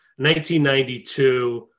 1992